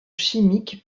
chimiques